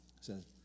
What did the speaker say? says